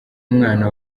mwana